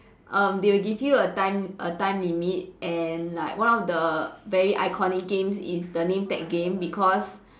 um they will give you a time a time limit and like one of the very iconic games is the name tag game because